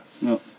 No